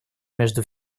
между